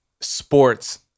sports